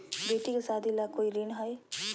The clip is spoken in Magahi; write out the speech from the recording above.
बेटी के सादी ला कोई ऋण हई?